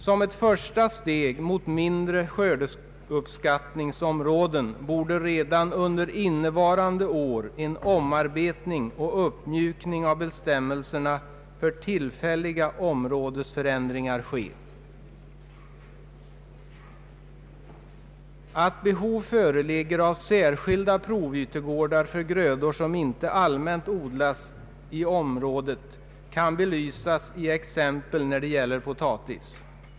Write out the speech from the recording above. Som ett första steg mot mindre skördeuppskattningsområden borde redan under innevarande år en omarbetning och uppmjukning av bestämmelserna för tillfälliga områdesförändringar ske. Att behov av särskilda provytegårdar för grödor som inte allmänt odlas i området föreligger kan belysas i exempel när det gäller potatis.